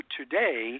today